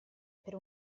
per